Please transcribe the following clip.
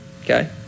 Okay